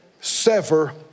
sever